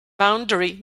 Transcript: boundary